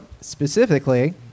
specifically